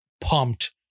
pumped